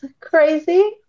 crazy